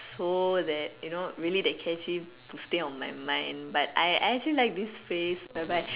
so that you know really that catchy to stay on my mind but I I actually like this phrase whereby